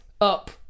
up